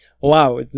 wow